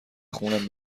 خونم